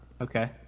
okay